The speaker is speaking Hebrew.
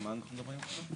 על מה אנחנו מדברים עכשיו?